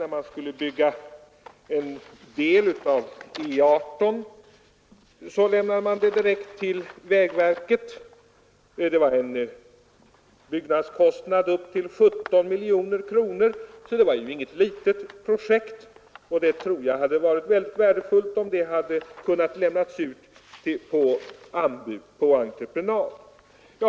När man skulle bygga en del av E 18 lämnade man arbetet direkt till vägverket. Det rörde sig om en byggnadskostnad på upp till 17 miljoner kronor, så det var inget litet projekt, och jag tror att det hade varit värdefullt om det hade lämnats ut på entreprenad.